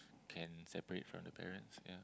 can separate from the parents ya